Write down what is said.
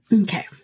Okay